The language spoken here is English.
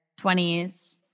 20s